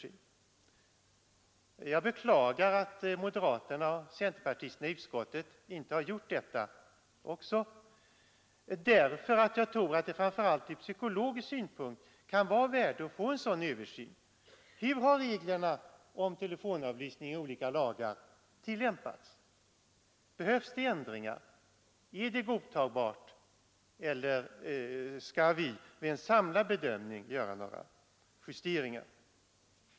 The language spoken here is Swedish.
Jag beklagar att inte också moderaterna och centerpartisterna i utskottet har gjort det, eftersom jag tror att det framför allt från psykologisk synpunkt kan vara av värde att få en sådan översyn av hur reglerna i olika lagar har tillämpats. Då får man bedöma om vi behöver göra ändringar. Är reglerna godtagbara? Eller skall vi vid en samlad bedömning göra några justeringar?